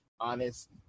honest